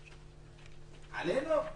עלינו?